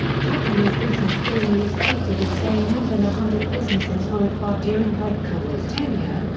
japanese business daily is quoted as saying more than a hundred businesses were acquired during kikukawa's tenure,